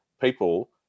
people